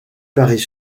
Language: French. paris